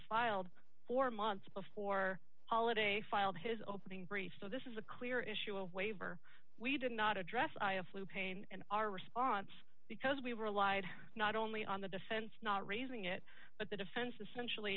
filed four months before holiday filed his opening brief so this is a clear issue a waiver we did not address i have flu pain in our response because we relied not only on the defense not raising it but the defense essentially